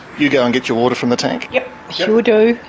you go and get your water from the tank? yep, sure do,